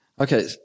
Okay